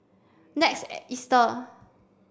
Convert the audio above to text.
next Easter